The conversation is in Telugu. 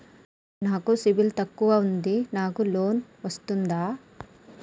నాకు సిబిల్ తక్కువ ఉంది నాకు లోన్ వస్తుందా?